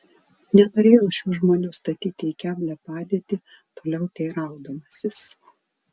nenorėjau šių žmonių statyti į keblią padėtį toliau teiraudamasis